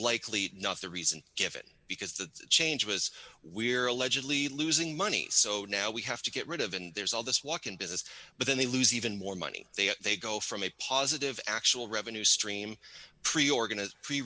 likely not the reason given because the change was we're allegedly losing money so now we have to get rid of and there's all this walk in business but then they lose even more money they they go from a positive actual revenue stream pretty organis